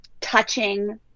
touching